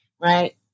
right